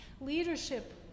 Leadership